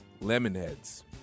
Lemonheads